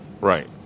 Right